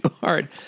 hard